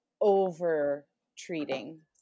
over-treating